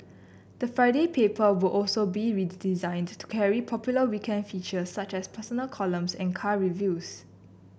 the Friday paper will also be redesigned to carry popular weekend features such as personal columns and car reviews